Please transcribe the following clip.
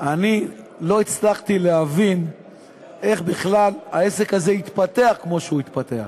אני לא הצלחתי להבין איך בכלל העסק הזה התפתח כמו שהוא התפתח.